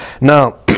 Now